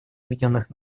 объединенных